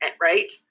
right